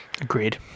Agreed